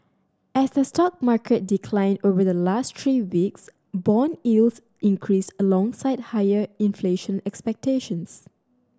as the stock market declined over the last three weeks bond yields increased alongside higher inflation expectations